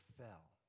fell